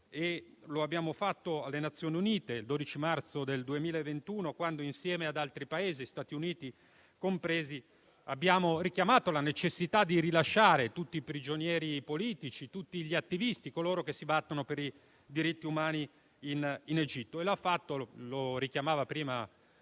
Lo abbiamo fatto alle Nazioni Unite il 12 marzo del 2021, quando insieme ad altri Paesi, Stati Uniti compresi, abbiamo richiamato la necessità di rilasciare tutti i prigionieri politici, tutti gli attivisti, coloro che si battono per i diritti umani in Egitto.